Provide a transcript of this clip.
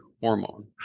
hormone